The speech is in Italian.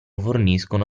forniscono